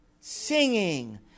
singing